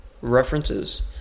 references